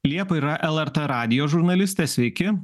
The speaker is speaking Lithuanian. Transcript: liepa yra lrt radijo žurnalistė sveiki